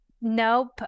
Nope